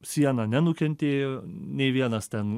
siena nenukentėjo nei vienas ten